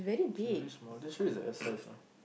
it's very small you sure is S size or not